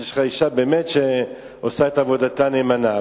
יש לך אשה שעושה את עבודתה נאמנה,